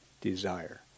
desire